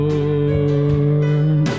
Lord